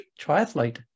triathlete